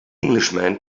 englishman